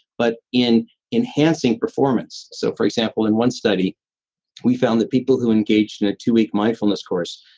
but in enhancing performance. so for example, in one study we found that people who engaged in a two week mindfulness course,